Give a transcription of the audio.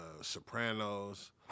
Sopranos